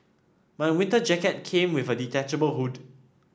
my winter jacket came with a detachable hood